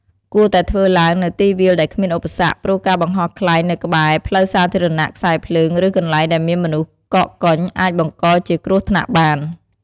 គួរតែធ្វើឡើងនៅទីវាលដែលគ្មានឧបសគ្គ ព្រោះការបង្ហោះខ្លែងនៅក្បែរ ផ្លូវសាធារណៈ ខ្សែភ្លើង ឬ កន្លែងដែលមានមនុស្សកកកុញ អាចបង្កជាគ្រោះថ្នាក់បាន។